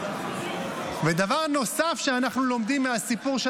ודבר נוסף שאנחנו לומדים מהסיפור של